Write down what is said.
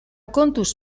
kontuz